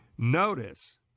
Notice